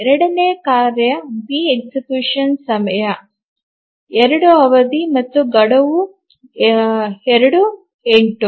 ಎರಡನೇ ಕಾರ್ಯ B execution ಸಮಯ 2 ಅವಧಿ ಮತ್ತು ಗಡುವು ಎರಡೂ 8